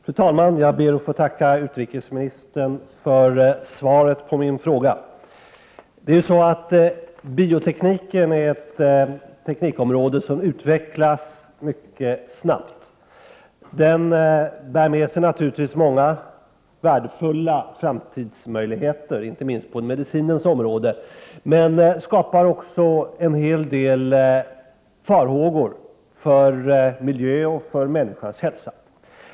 Fru talman! Jag ber att få tacka utrikesministern för svaret på min fråga. Biotekniken är ett teknikområde som utvecklas mycket snabbt. Biotekniken bär med sig många värdefulla framtidsmöjligheter, inte minst på medicinens område, men den skapar också en hel del farhågor när det gäller miljön och människans hälsa.